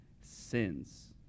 sins